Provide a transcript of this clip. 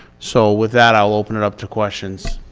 so with that, i'll open it up to questions.